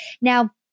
Now